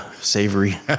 savory